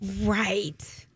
right